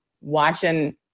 watching